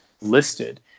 listed